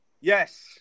Yes